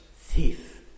thief